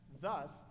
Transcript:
thus